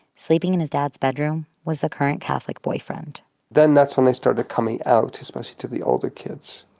sleeping in his dad's bedroom was the current catholic boyfriend then that's when i started coming out, especially to the older kids.